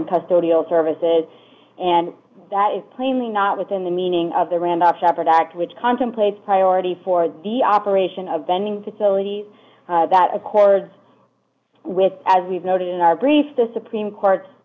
and custody of all services and that is plainly not within the meaning of the randolph sheppard act which contemplates priority for the operation of vending facilities that accords with as we've noted in our brief the supreme court